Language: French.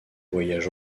voyage